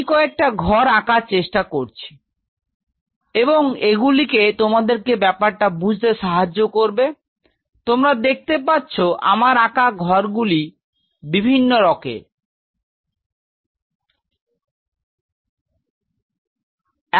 আমি কয়েকটা ঘর আঁকতে চেষ্টা করছি Relief Time 1342 এবং এগুলি তোমাদেরকে ব্যাপারটা বুঝতে সাহায্য করবে তোমরা দেখতে পাচ্ছ আমার আকা ঘরগুলির বিভিন্ন ধরনের রঙ